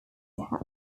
tapped